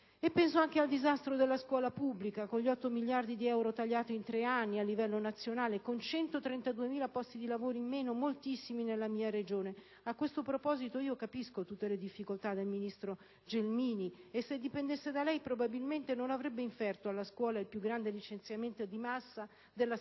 Penso anche al disastro della scuola pubblica con gli 8 miliardi di euro tagliati in tre anni a livello nazionale, con 132.000 posti di lavoro in meno, moltissimi nella mia Regione. A questo proposito io capisco tutte le difficoltà incontrate dal ministro Gelmini e se dipendesse da lei probabilmente non avrebbe inferto alla scuola il più grande licenziamento di massa della storia